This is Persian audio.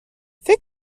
فکر